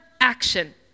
action